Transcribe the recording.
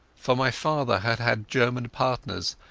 for my father had had german partners,